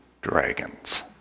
dragons